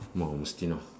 !wah! mustino